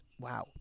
Wow